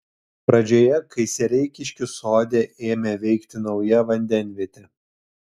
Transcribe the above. pradžioje kai sereikiškių sode ėmė veikti nauja vandenvietė